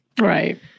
Right